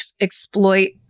exploit